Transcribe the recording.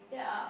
yeah